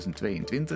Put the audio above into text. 2022